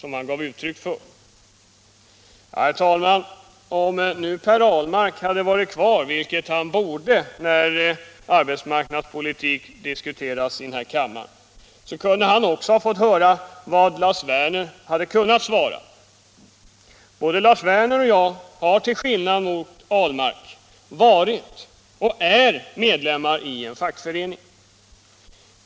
Om nu Per Ahlmark varit kvar; vilket han borde ha varit när arbetsmarknadspolitiken diskuteras i denna kammare, kunde han ha fått höra vad Lars Werner hade kunnat svara. Både Lars Werner och jag har, till skillnad från Per Ahlmark, varit och är medlemmar i en fackförening.